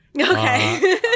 Okay